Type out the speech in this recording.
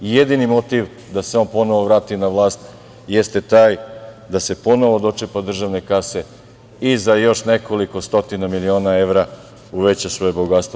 Jedini motiv da se on ponovo vrati na vlast jeste taj da se ponovo dočepa državne kase i za još nekoliko stotina milione evra uveća svoje bogatstvo.